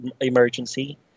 emergency